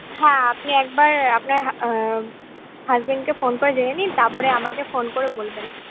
হ্যাঁ আপনি একবার আপনার হাজবেন্ডকে ফোন করে জেনে নিন তারপরে আমাকে ফোন করে বলবেন